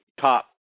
top